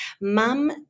Mum